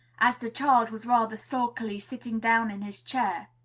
as the child was rather sulkily sitting down in his chair,